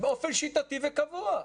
באופן שיטתי וקבוע.